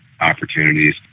Opportunities